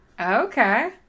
Okay